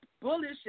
Bullish